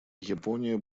япония